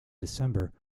december